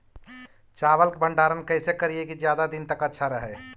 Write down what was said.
चावल के भंडारण कैसे करिये की ज्यादा दीन तक अच्छा रहै?